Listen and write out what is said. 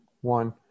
one